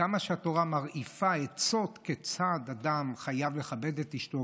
וכמה התורה מרעיפה עצות כיצד אדם חייב לכבד את אשתו,